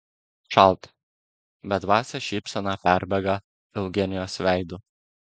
šalta bedvasė šypsena perbėga eugenijos veidu